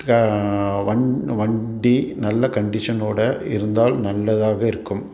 க வண் வண்டி நல்ல கண்டிஷனோடு இருந்தால் நல்லதாக இருக்கும்